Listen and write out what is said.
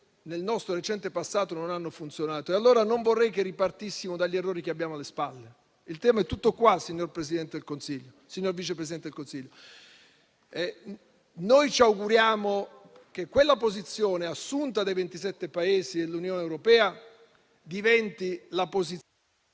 nel nostro recente passato non hanno funzionato. Non vorrei che ripartissimo dagli errori che abbiamo alle spalle. Il tema è tutto qua, signor Vice Presidente del Consiglio. Noi ci auguriamo che quella posizione assunta dai 27 Paesi dell'Unione europea diventi la posizione...